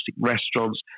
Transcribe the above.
restaurants